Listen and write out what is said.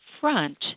front